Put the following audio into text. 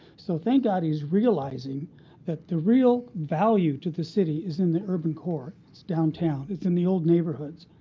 so thank god he's realizing that the real value to the city is in the urban core downtown. it's in the old neighborhoods.